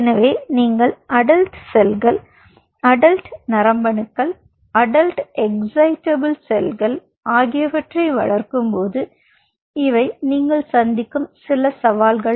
எனவே நீங்கள் அடல்ட் செல்கள் அடல்ட் நரம்பணுக்கள் அடல்ட் எக்ஸைடேபிள் செல்கள் ஆகியவற்றை வளர்க்கும்போது இவை நீங்கள் சந்திக்கும் சில சவால்கள்